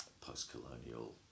post-colonial